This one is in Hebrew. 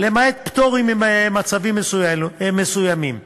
למעט פטורים במצבים מסוימים.